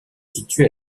situe